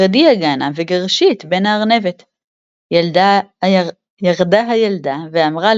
“רדי הגנה וגרשי את בן-הארנבת.” ירדה הילדה ואמרה